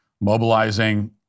mobilizing